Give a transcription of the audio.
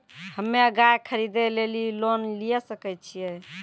हम्मे गाय खरीदे लेली लोन लिये सकय छियै?